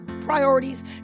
priorities